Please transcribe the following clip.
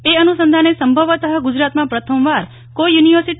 એ અનુસંધાને સંભવતઃ ગુજરાતમાં પ્રથમવાર કોઈ યુનિ